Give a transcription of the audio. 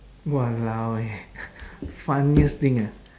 !walao! eh funniest thing ah